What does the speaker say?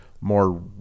more